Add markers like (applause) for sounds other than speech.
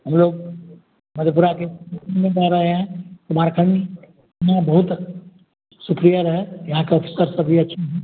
हम लोग मधेपुरा के (unintelligible) हैं (unintelligible) यहाँ बहुत सुखी य रहें यहाँ का उसका (unintelligible)